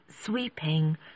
Sweeping